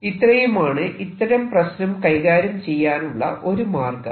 ഇത്രയുമാണ് ഇത്തരം പ്രശ്നം കൈകാര്യം ചെയ്യാനുള്ള ഒരു മാർഗം